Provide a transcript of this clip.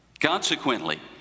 Consequently